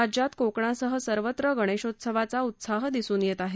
राज्यात कोकणासह सर्वत्र गणेशोत्सवाचा उत्साह दिसून येत आहे